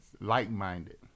like-minded